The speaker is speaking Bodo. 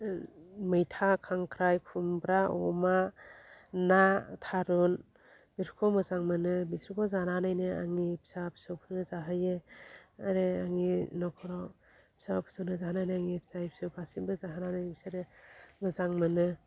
मैथा खांख्राय खुमब्रा अमा ना तारुन बेसोरखौ मोजां मोनो बेसोरखौ जानानैनो आंनि फिसा फिसौफोरनो जाहोयो आरो आंनि नखराव फिसा फिसौनो जाहैनानै आंनिफ्राय फिसा फिसौ गासिनोबो जाहोनानै बिसोरो मोजां मोनो